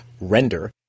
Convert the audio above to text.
Render